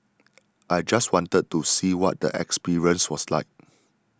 I just wanted to see what the experience was like